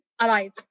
alive